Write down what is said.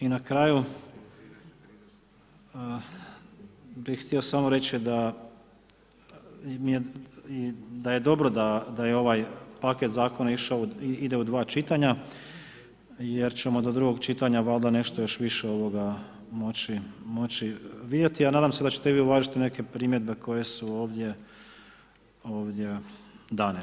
I na kraju bih htio samo reći i da je dobro da je ovaj paket zakona ide u dva čitanja jer ćemo do drugog čitanja valjda nešto još više moći vidjeti a nadam se da ćete i vi uvažiti neke primjedbe koje su ovdje dane.